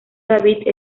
david